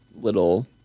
Little